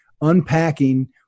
unpacking